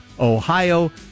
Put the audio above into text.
Ohio